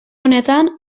honetan